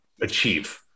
achieve